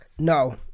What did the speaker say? No